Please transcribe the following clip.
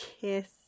kiss